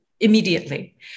Immediately